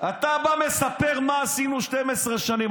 אתה בא ומספר מה עשינו 12 שנים.